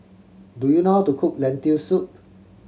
do you know how to cook Lentil Soup